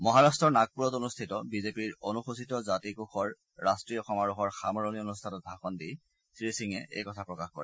মহাৰাট্টৰ নাগপুৰত অনুষ্ঠিত বিজেপিৰ অনুসূচিত জাতি কোষৰ ৰাট্টীয় সমাৰোহৰ সামৰণি অনুষ্ঠানত ভাষণ দি শ্ৰীসিঙে এই কথা প্ৰকাশ কৰে